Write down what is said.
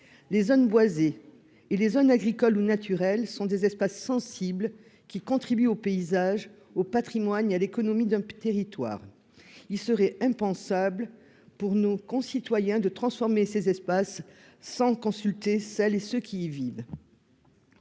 Les zones boisées et les zones agricoles ou naturelles sont des espaces sensibles, qui contribuent au paysage, au patrimoine et à l'économie d'un territoire. Il serait impensable de transformer ces espaces sans consulter celles et ceux qui y vivent.